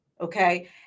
Okay